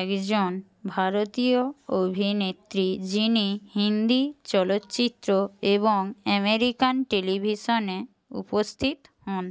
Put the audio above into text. একজন ভারতীয় অভিনেত্রী যিনি হিন্দি চলচ্চিত্র এবং আমেরিকান টেলিভিশনে উপস্থিত হন